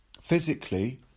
physically